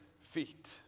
feet